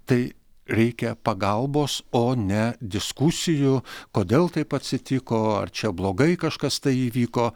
tai reikia pagalbos o ne diskusijų kodėl taip atsitiko ar čia blogai kažkas tai įvyko